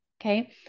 okay